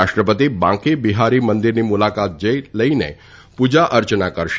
રાષ્ટ્રપતિ બાંકે બિહારી મંદીરની મુલાકાત લઇને પુજા અર્ચના કરશે